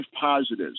positives